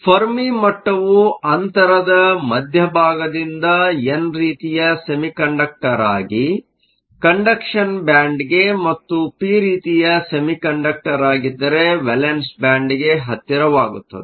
Fermi ಮಟ್ಟವು ಅಂತರದ ಮಧ್ಯಭಾಗದಿಂದ ಎನ್ ರೀತಿಯ ಸೆಮಿಕಂಡಕ್ಟರ್ಗಾಗಿ ಕಂಡಕ್ಷನ್ ಬ್ಯಾಂಡ್ಗೆ ಮತ್ತು ಪಿ ರೀತಿಯ ಸೆಮಿಕಂಡಕ್ಟರ್ ಆಗಿದ್ದರೆ ವೇಲೆನ್ಸ್ ಬ್ಯಾಂಡ್ಗೆ ಹತ್ತಿರವಾಗುತ್ತದೆ